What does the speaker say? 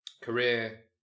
career